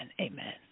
amen